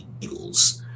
Eagles